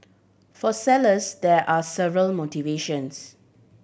for sellers there are several motivations